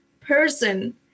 person